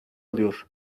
alıyor